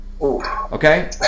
Okay